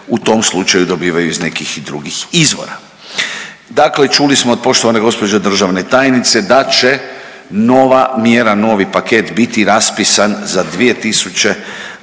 u tom slučaju dobivaju iz nekih drugih izvora. Dakle, čuli smo od poštovane gospođe državne tajnice da će nova mjera, novi paket biti raspisan za dvije